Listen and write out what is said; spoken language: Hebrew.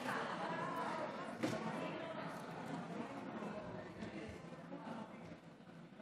לנושא הבא על סדר-היום,